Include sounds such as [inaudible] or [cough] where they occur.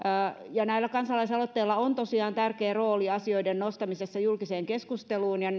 näillä kansalaisaloitteilla on tosiaan tärkeä rooli asioiden nostamisessa julkiseen keskusteluun ja [unintelligible]